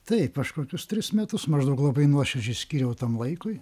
taip aš kokius tris metus maždaug labai nuoširdžiai skyriau tam laikui